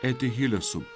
eti hilesum